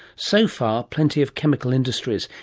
so far plenty of chemical industries,